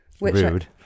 Rude